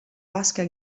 vasca